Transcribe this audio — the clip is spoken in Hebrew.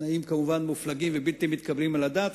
שהם כמובן תנאים מופלגים ובלתי מתקבלים על הדעת,